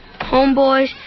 homeboys